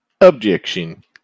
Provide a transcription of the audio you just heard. objection